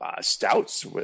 stouts